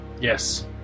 Yes